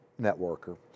networker